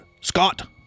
Scott